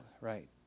Right